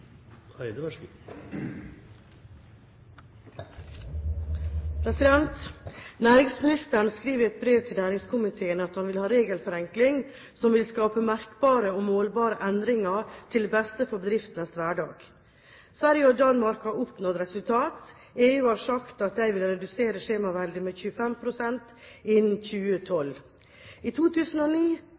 Næringsministeren skriver i et brev til næringskomiteen at han vil ha regelforenkling som vil skape merkbare og målbare endringer til beste for bedriftenes hverdag. Sverige og Danmark har oppnådd resultater. EU har sagt at de vil redusere skjemaveldet med 25 pst. innen 2012. I 2009